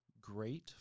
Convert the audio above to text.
great